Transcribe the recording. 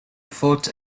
foot